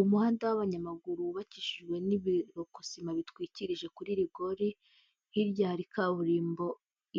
Umuhanda w'abanyamaguru wubakishijwe n'ibirokosima bitwikirije kuri rigori, hirya hari kaburimbo